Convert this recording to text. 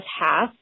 half